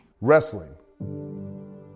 Wrestling